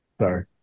Sorry